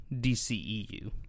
dceu